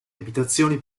abitazioni